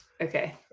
okay